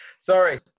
Sorry